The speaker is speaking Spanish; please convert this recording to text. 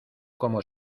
como